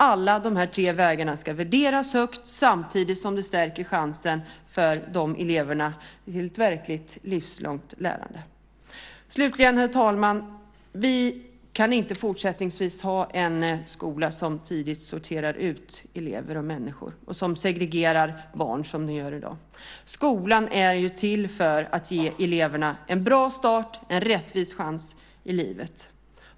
Alla de tre vägarna ska värderas högt samtidigt som det stärker chansen för eleverna till ett verkligt livslångt lärande. Herr talman! Vi kan inte fortsättningsvis ha en skola som tidigt sorterar ut elever och människor och som segregerar barn som den gör i dag. Skolan är till för att ge eleverna en bra start och en rättvis chans i livet.